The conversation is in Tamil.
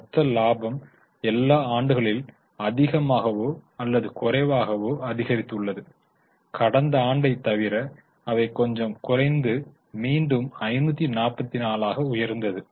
மொத்த லாபம் எல்லா ஆண்டுகளில் அதிகமாகவோ அல்லது குறைவாகவோ அதிகரித்துள்ளது கடந்த ஆண்டை தவிர அவை கொஞ்சம் குறைந்து மீண்டும் 544 ஆக உயர்ந்தது